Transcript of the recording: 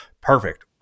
perfect